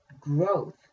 growth